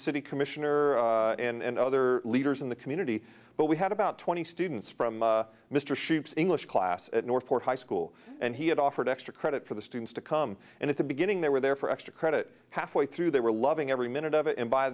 city commissioner and other leaders in the community but we had about twenty students from mr shoots english class at north four high school and he had offered extra credit for the students to come and at the beginning they were there for extra credit halfway through they were loving every minute of it and by